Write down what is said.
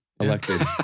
elected